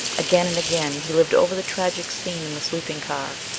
again and again he lived over the tragic scene in the sleeping-car,